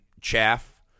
chaff